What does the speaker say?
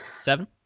Seven